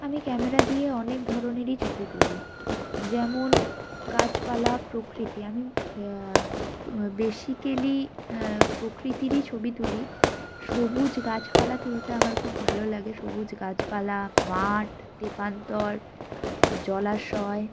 আমি ক্যামেরা দিয়ে অনেক ধরনেরই ছবি তুলি যেমন গাছপালা প্রকৃতি আমি বেসিকালি প্রকৃতিরই ছবি তুলি সবুজ গাছপালা তুলতে আমার খুব ভালো লাগে সবুজ গাছপালা মাঠ তেপান্তর আর জলাশয়